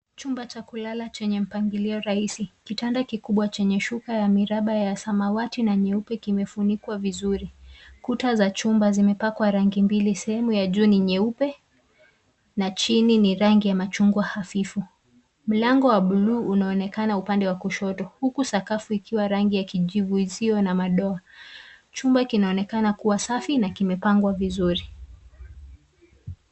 Chumba cha kulala chenye mpangilio rahisi. Kitanda kikubwa chenye shuka ya miraba ya samawati na nyeupe kimefunikwa vizuri. Kuta za chumba zimepakwa rangi mbili. Sehemu ya juu ni nyeupe na chini ni rangi ya machungwa hafifu. Mlango wa buluu unaonekana upande wa kushoto huku sakafu ikiwa rangi ya kijivu isiyo na madoa. Chumba kinaonekana kuwa safi na kimepangwa vizuri.